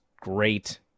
great